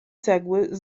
cegły